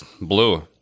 Blue